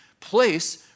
place